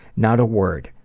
not a word.